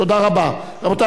תודה רבה.